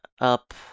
up